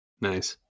Nice